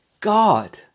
God